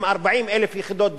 עם 40,000 יחידות דיור,